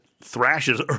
thrashes